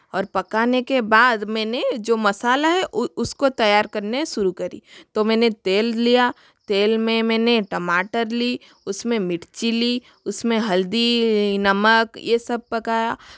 और पकाने के बाद मैंने जो मसाला हैं उसको तैयार करना शुरू करी तो मैंने तेल लिया तेल में मैंने टमाटर ली उस में मिर्चि ली उस में हल्दी नमक ये सब पकाया